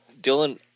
Dylan